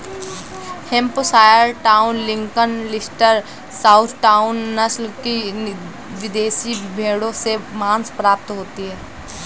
Hampshire town, Lincoln, Leicester, south town, नस्ल की विदेशी भेंड़ों से माँस प्राप्ति होती है